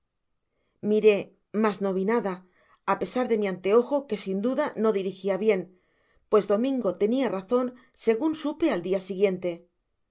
miró mas no vi nada á pesar de mi anteojo que sin duda no dirigía bien pues domingo tenia razon segun smpe al siguiente